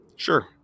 Sure